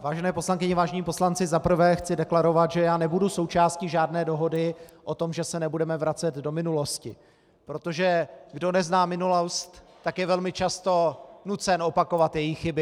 Vážené poslankyně, vážení poslanci, zaprvé chci deklarovat, že já nebudu součástí žádné dohody o tom, že se nebudeme vracet do minulosti, protože kdo nezná minulost, tak je velmi často nucen opakovat její chyby.